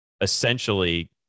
essentially